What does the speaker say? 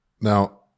Now